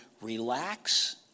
relax